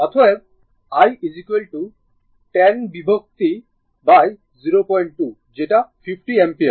অতএব i 10 বিভক্ত 02 যেটা 50 অ্যাম্পিয়ার